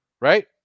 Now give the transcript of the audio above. Right